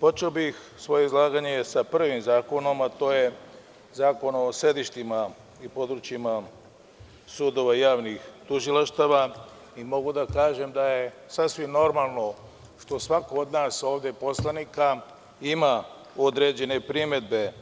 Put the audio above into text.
Počeo bih svoje izlaganje sa prvim zakonom, a to je Zakon o sedištima i područjima sudova i javnih tužilaštava i mogu da kažem da je sasvim normalno što svako od nas ovde, poslanika, ima određene primedbe